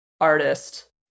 artist